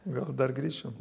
gal dar grįšim